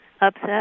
upset